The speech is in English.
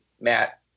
matt